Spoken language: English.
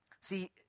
See